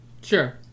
Sure